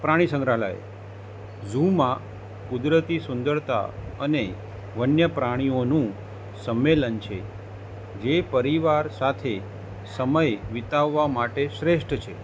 પ્રાણી સંગ્રહાલય ઝુમાં કુદરતી સુંદરતા અને વન્ય પ્રાણીઓનું સંમેલન છે જે પરિવાર સાથે સમય વિતાવવા માટે શ્રેષ્ઠ છે